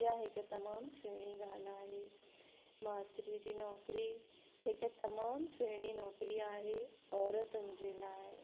इहा हिकु तमामु सुहिणी ॻाल्हि आहे मास्तरीअ जी नौकरी हिकु तमामु सुहिणी नौकरी आहे औरतुनि जे लाइ